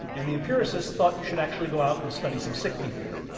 and the empiricists thought you should actually go out and study some sick people.